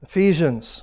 Ephesians